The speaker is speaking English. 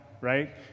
right